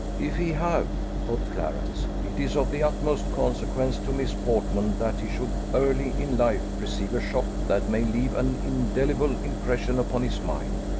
if he have, thought clarence, it is of the utmost consequence to miss portman that he should early in life receive a shock that may leave an indelible impression upon his mind.